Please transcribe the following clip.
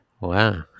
Wow